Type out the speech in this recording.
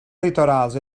litorals